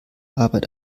arbeit